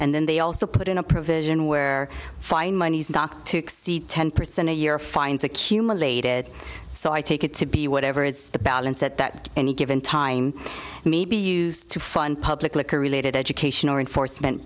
and then they also put in a provision where fine monies not to exceed ten percent a year fines accumulated so i take it to be whatever is the balance that that any given time may be used to fund public or related education or enforcement